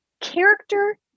Character